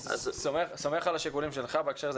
אני סומך על השיקולים שלך בהקשר הזה,